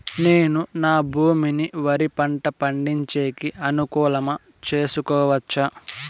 నేను నా భూమిని వరి పంట పండించేకి అనుకూలమా చేసుకోవచ్చా?